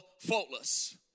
faultless